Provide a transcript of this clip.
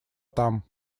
там